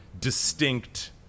distinct